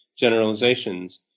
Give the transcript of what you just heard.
generalizations